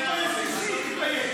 תתבייש אישית.